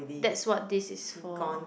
that's what this is for